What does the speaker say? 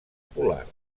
polars